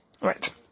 right